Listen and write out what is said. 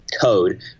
code